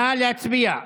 נא להצביע.